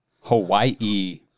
Hawaii